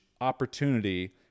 opportunity